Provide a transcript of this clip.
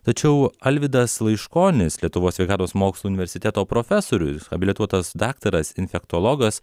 tačiau alvydas laiškonis lietuvos sveikatos mokslų universiteto profesorius habilituotas daktaras infektologas